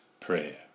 prayer